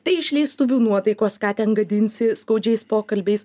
tai išleistuvių nuotaikos ką ten gadinsi skaudžiais pokalbiais